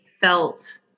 felt